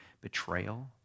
betrayal